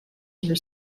were